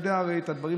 יודע הרי את הדברים,